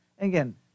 again